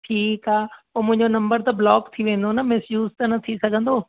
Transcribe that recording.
ठीकु आहे पोइ मुंहिंजो नंबर त ब्लॉक थी वेंदो न मिसयूज़ त न थी सघंदो